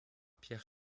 pierre